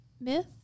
myth